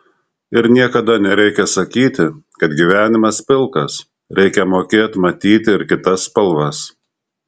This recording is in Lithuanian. ir niekada nereikia sakyti kad gyvenimas pilkas reikia mokėt matyt ir kitas spalvas